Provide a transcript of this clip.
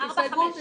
הסתייגות מס'